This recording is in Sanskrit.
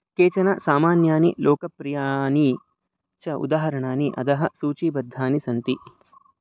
केचन सामान्यानि लोकप्रियानि च उदाहरणानि अधः सूचीबद्धानि सन्ति